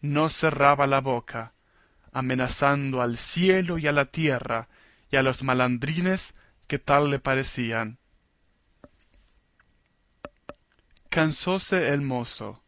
no cerraba la boca amenazando al cielo y a la tierra y a los malandrines que tal le parecían cansóse el mozo